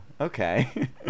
okay